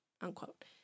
Unquote